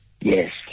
Yes